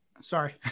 Sorry